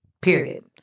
Period